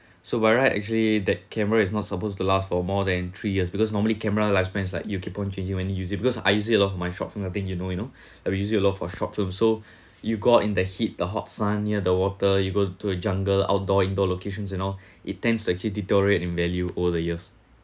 so but right actually that camera is not supposed to last for more than three years because normally camera lifespans like you keep on changing when you use it because I used it a lot for my short film thing you know you know like we used it a lot for short film so you got in the heat the hot sun near the water you go to a jungle outdoor indoor locations and all it tends to actually deteriorate in value over the years